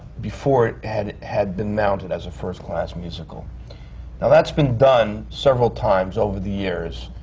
before it had had been mounted as a first class musical. now that's been done several times over the years.